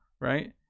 right